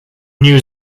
new